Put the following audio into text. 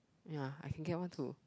ya I can get one too